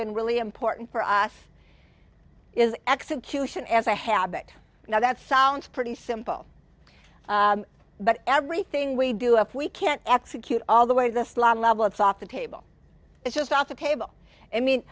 been really important for us is execution as a habit now that sounds pretty simple but everything we do if we can't execute all the way the slime level it's off the table it's just off the table i mean